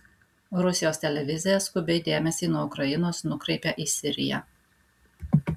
rusijos televizija skubiai dėmesį nuo ukrainos nukreipia į siriją